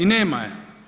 I nema je.